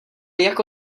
jako